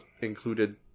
included